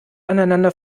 aneinander